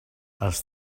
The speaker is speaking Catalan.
els